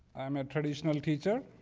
i'm a traditional teacher,